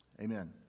amen